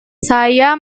saya